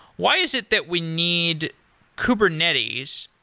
why is it that we need kubernetes,